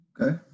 Okay